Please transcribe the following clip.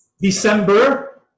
December